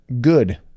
good